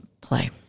play